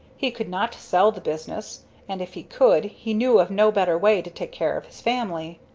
he could not sell the business and if he could, he knew of no better way to take care of his family.